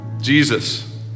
Jesus